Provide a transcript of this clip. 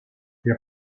der